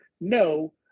no